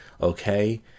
Okay